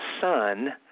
son